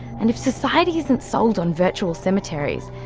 and if society isn't sold on virtual cemeteries,